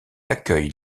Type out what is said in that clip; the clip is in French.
accueille